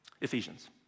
Ephesians